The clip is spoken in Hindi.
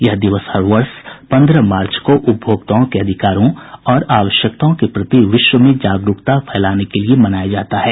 यह दिवस हर वर्ष पंद्रह मार्च को उपभोक्ताओं के अधिकारों और आवश्यकताओं के प्रति विश्व में जागरूकता फैलाने के लिए मनाया जाता है